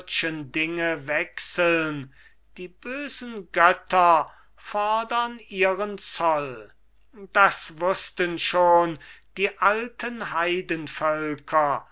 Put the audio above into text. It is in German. dinge wechseln die bösen götter fodern ihren zoll das wußten schon die alten